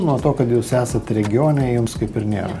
nuo to kad jūs esat regione jums kaip ir nėra